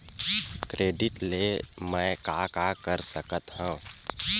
Credit ले मैं का का कर सकत हंव?